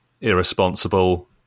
irresponsible